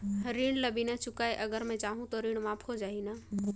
ऋण ला बिना चुकाय अगर मै जाहूं तो ऋण माफ हो जाही न?